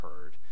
heard